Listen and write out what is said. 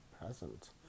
present